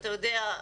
ואתה יודע,